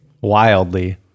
wildly